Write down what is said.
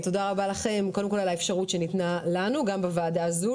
תודה רבה לכם קודם כל על האפשרות שניתנה לנו גם בוועדה הזו,